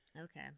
okay